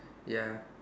ya